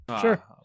Sure